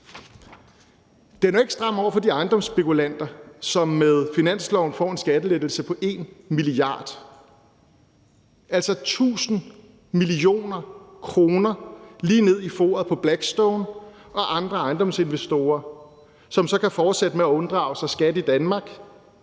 Det er ikke stramt over for de ejendomsspekulanter, som med finansloven får en skattelettelse på 1 mia. kr., altså 1.000 mio. kr. lige ned i foret på Blackstone og andre ejendomsinvestorer, som så kan fortsætte med at unddrage sig skat i Danmark,